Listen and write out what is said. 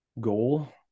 goal